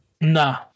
Nah